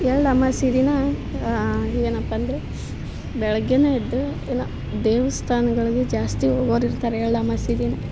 ಎಳ್ಳಮಾಸ್ಯೆ ದಿನ ಏನಪ್ಪ ಅಂದರೆ ಬೆಳಿಗ್ಗೆನೇ ಎದ್ದು ಎಲ್ಲ ದೇವಸ್ಥಾನಗಳಿಗೆ ಜಾಸ್ತಿ ಹೋಗೋರ್ ಇರ್ತಾರೆ ಎಳ್ಳಮಾಸ್ಯೆ ದಿನ